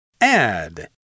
Add